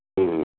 હમ્